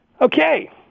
Okay